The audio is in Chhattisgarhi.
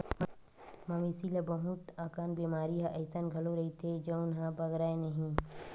मवेशी ल बहुत अकन बेमारी ह अइसन घलो रहिथे जउन ह बगरय नहिं